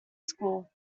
school